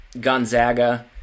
Gonzaga